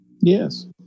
Yes